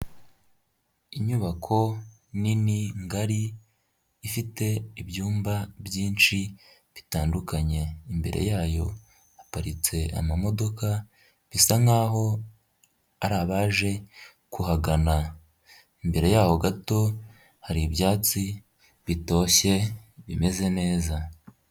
Inyubako nini ngari ifite ibyumba byinshi bitandukanye. Imbere yayo haparitse amamodoka, bisa nk'aho ari abaje kuhagana. Imbere yaho gato hari ibyatsi bitoshye bimeze neza.